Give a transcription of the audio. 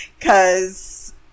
Cause